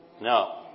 No